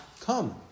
come